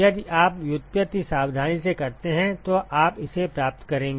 यदि आप व्युत्पत्ति सावधानी से करते हैं तो आप इसे प्राप्त करेंगे